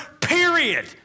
period